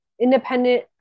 independent